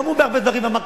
גם הוא בהרבה דברים אמר,